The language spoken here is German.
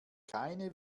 keine